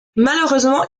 malheureusement